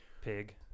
pig